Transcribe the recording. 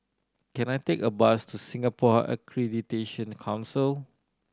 can I take a bus to Singapore Accreditation Council